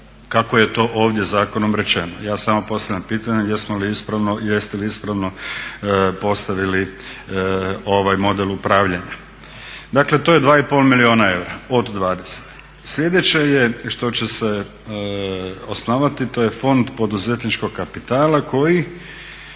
kako je to ovdje zakonom rečeno? Ja samo postavljam pitanje jesmo li ispravno, jeste li ispravno postavili ovaj model upravljanja. Dakle, to je dva i pol milijuna eura od 20. Sljedeće je što će se osnovati to je fond poduzetničkog kapitala koji